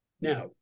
Now